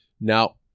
Now